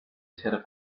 ser